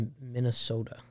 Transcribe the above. Minnesota